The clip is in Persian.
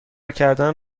کردن